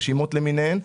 רשימות למיניהן,